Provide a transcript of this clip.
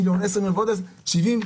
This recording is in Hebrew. לשמוע את התעשייה קודם.